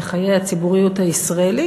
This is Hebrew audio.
בחיי הציבוריות הישראלית,